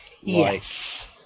Yes